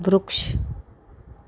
વૃક્ષ